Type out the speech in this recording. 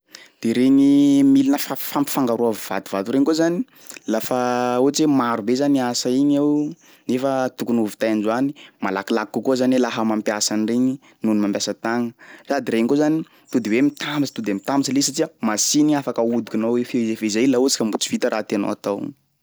De regny milina fa- fa- fampifangaroa vatovato regny koa zany, lafa ohatsy hoe maro be zany asa igny ao nefa tokony ho vitay androany malakilaky kokoa zany laha mampiasa an'iregny noho ny mampiasa tagna sady regny koa zany to de hoe mitambatry to de mitambatsy le izy satria machiny afaka ahodikinao hoe fezay fezay laha ohatsy ka mbo tsy vita raha tianao atao.